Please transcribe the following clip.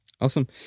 awesome